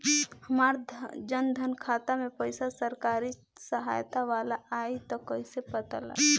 हमार जन धन खाता मे पईसा सरकारी सहायता वाला आई त कइसे पता लागी?